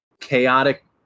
chaotic